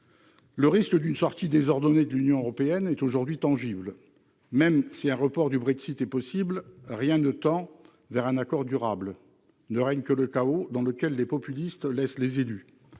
Le risque d'une sortie désordonnée du Royaume-Uni de l'Union européenne est aujourd'hui tangible. Même si un report du Brexit est possible, rien ne tend vers un accord durable. Ne règne que le chaos dans lequel les populistes laissent les élus-